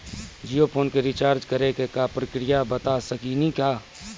Jio phone के recharge करे के का प्रक्रिया बता साकिनी का?